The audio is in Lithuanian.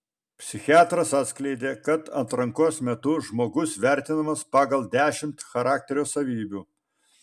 psichiatras atskleidė kad atrankos metu žmogus vertinamas pagal dešimt charakterio savybių